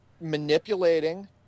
manipulating